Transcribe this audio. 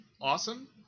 awesome